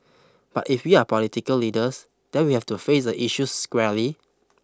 but if we are political leaders then we have to face the issue squarely